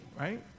right